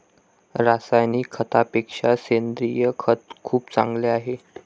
रासायनिक खतापेक्षा सेंद्रिय खत खूप चांगले आहे